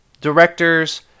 directors